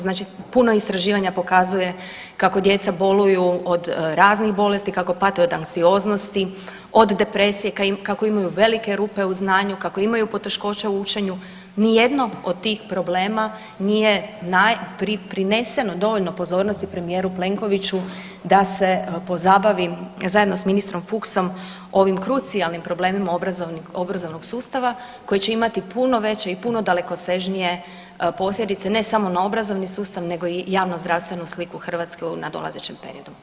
Znači puno istraživanja pokazuje kako djeca boluju od raznih bolesti, kako pate od anksioznosti, od depresije, kako imaju velike rupe u znanju, kako imaju poteškoća u učenju nijedno od tih problema nije prineseno dovoljno pozornosti premijeru Plenkoviću da se pozabavi zajedno s ministrom Fuchsom ovim krucijalnim problemima obrazovnog sustava koji će imati puno veće i puno dalekosežnije posljedice, ne samo na obrazovni sustav nego i javnozdravstvenu sliku Hrvatske u nadolazećem periodu.